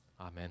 Amen